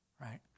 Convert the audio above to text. right